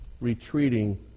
retreating